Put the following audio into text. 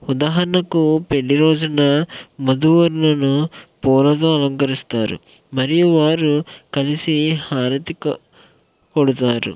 ఉదాహరణకు పెళ్లిరోజున వధు వరులను పూలతో అలంకరిస్తారు మరియు వారు కలిసి హారతి క కొడతారు